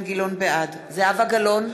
בעד זהבה גלאון,